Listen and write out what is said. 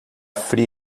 fria